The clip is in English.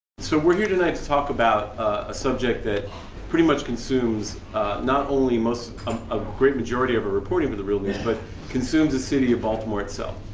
so, we're here tonight to talk about a subject that pretty much consumes not only most of, a great majority of our reporting for the real news but consumes the city of baltimore itself,